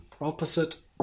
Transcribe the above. opposite